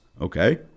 Okay